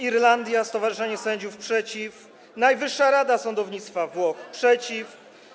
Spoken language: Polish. Irlandia, Stowarzyszenie Sędziów - przeciw, Najwyższa Rada Sądownictwa we Włoszech - przeciw.